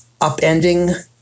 upending